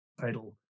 title